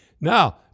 Now